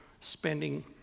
spending